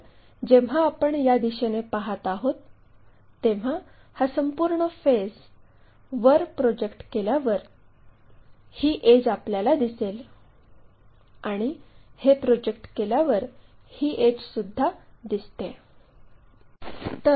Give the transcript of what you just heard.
तर जेव्हा आपण या दिशेने पाहत आहोत तेव्हा हा संपूर्ण फेस वर प्रोजेक्ट केल्यावर ही एड्ज आपल्याला दिसेल आणि हे प्रोजेक्ट केल्यावर ही एड्जसुद्धा दिसते